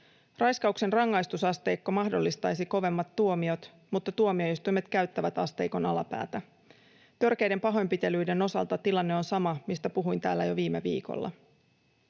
Raiskauksen rangaistusasteikko mahdollistaisi kovemmat tuomiot, mutta tuomioistuimet käyttävät asteikon alapäätä. Törkeiden pahoinpitelyiden osalta tilanne on sama, mistä puhuin täällä jo viime viikolla.